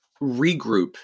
regroup